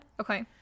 Okay